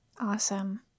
awesome